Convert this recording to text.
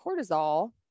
cortisol